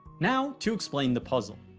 now to explain the puzzle.